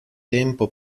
tempo